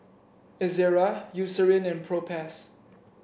Ezerra Eucerin and Propass